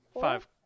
Five